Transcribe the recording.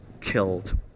killed